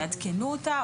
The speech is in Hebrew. יעדכנו אותה?